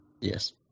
Yes